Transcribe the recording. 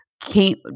came –